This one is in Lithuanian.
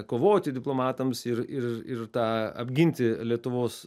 kovoti diplomatams ir ir ir tą apginti lietuvos